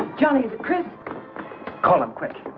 john is chris culliver quick.